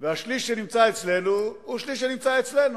השליש שנמצא אצלנו הוא שליש שנמצא אצלנו.